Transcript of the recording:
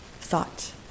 thought